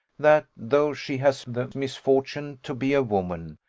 that though she has the misfortune to be a woman,